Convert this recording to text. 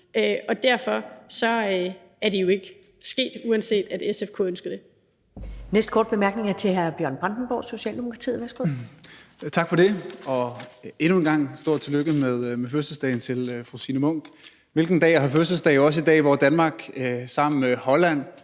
ud. Derfor er det jo ikke sket, uanset at SF kunne ønske det.